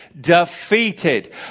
defeated